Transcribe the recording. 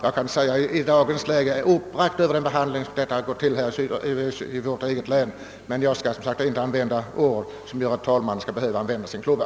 Jag är uppbragt över vad som sker i mitt eget län, men jag skall inte använda sådana ord att herr talmannen behöver använda sin klubba.